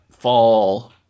fall